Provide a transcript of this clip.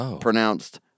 pronounced